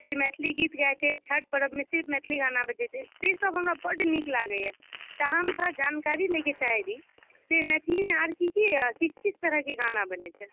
किछु जे मैथली गीत गाइत छै छठि पर्वमे सिर्फ मैथिली गाना बजैत छै से सभ हमरा बड्ड नीक लागैए तऽ हम थोड़ा जानकारी लयके चाहैत रही से मैथिलीमे आर की की किस किस तरहके गाना बनैत छै